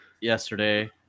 yesterday